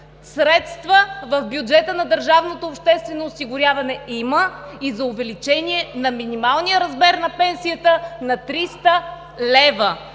Средства в бюджета на държавното обществено осигуряване има и за увеличение на минималния размер на пенсията на 300 лв.